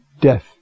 death